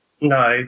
No